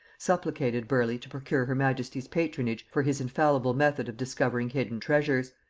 supplicated burleigh to procure her majesty's patronage for his infallible method of discovering hidden treasures.